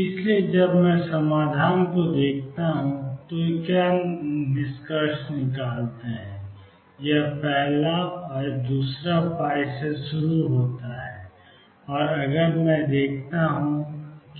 इसलिए जब मैं समाधान को देखता हूं तो हम क्या निष्कर्ष निकालते हैं यह पहला है दूसरा से शुरू होता है और अगर मैं देखता हूं